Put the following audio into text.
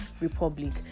republic